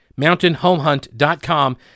mountainhomehunt.com